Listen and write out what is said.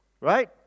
Right